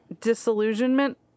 disillusionment